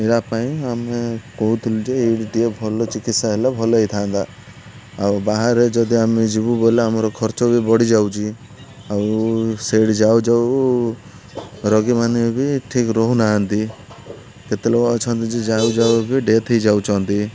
ଏରା ପାଇଁ ଆମେ କହୁଥିଲୁ ଯେ ଏଇି ଟିକେ ଭଲ ଚିକିତ୍ସା ହେଲେ ଭଲ ହୋଇଥାନ୍ତା ଆଉ ବାହାରେ ଯଦି ଆମେ ଯିବୁ ବୋଲେ ଆମର ଖର୍ଚ୍ଚ ବି ବଢ଼ିଯାଉଛି ଆଉ ସେଇଠି ଯାଉ ଯାଉ ରୋଗୀମାନେ ବି ଠିକ୍ ରହୁନାହାନ୍ତି କେତେ ଲୋକ ଅଛନ୍ତି ଯେ ଯାଉ ଯାଉ ବି ଡ଼େଥ୍ ହୋଇଯାଉଛନ୍ତି